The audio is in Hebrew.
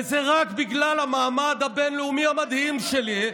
וזה רק בגלל המעמד הבין-לאומי המדהים שלי.